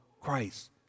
Christ